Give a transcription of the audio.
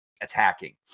attacking